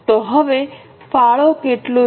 તો હવે ફાળો કેટલું છે